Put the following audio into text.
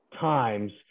times